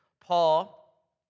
Paul